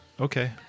Okay